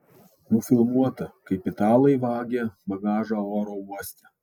nufilmuota kaip italai vagia bagažą oro uoste